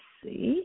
see